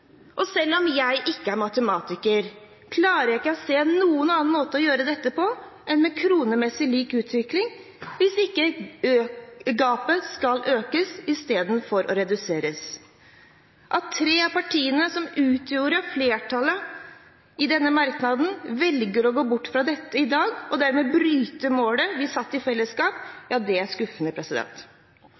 Og selv om jeg ikke er matematiker, klarer jeg ikke å se noen annen måte å gjøre dette på enn med en kronemessig lik utvikling – hvis ikke gapet skal økes istedenfor å reduseres. At tre av partiene, som utgjorde flertallet i denne merknaden, velger å gå bort fra dette i dag og dermed bryte målet vi satte i fellesskap, er skuffende. For Kristelig Folkeparti er